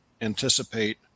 anticipate